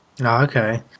Okay